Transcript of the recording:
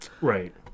Right